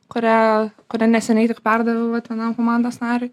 kurią kuri neseniai tik perdaviau vat vienam komandos nariui